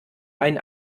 einen